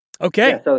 Okay